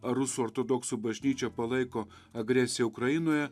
ar rusų ortodoksų bažnyčia palaiko agresiją ukrainoje